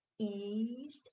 ease